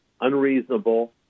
unreasonable